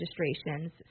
registrations